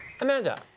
Amanda